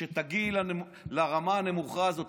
שתגיעי לרמה הנמוכה הזאת,